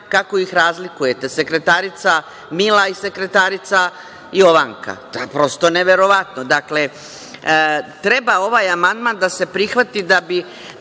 kako ih razlikujete? Sekretarica Mila i sekretarica Jovanka. To je prosto neverovatno. Dakle, treba ovaj amandman da se prihvati da